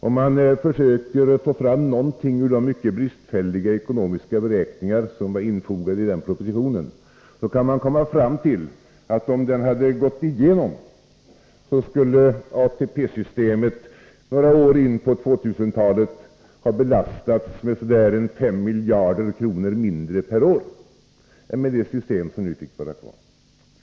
Om man försöker få fram någonting ur de mycket bristfälliga ekonomiska beräkningar som var infogade i den propositionen, kan man komma fram till att om den hade gått igenom, skulle ATP-systemet några år in på 2000-talet ha belastats 159 med ca 5 miljarder kronor mindre per år än med det system som nu fick vara kvar.